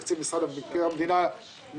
לתקציב משרד מבקר המדינה.